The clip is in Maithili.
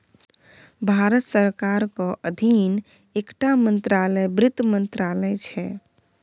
भारत सरकारक अधीन एकटा मंत्रालय बित्त मंत्रालय छै